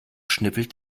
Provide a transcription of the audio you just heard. schnippelt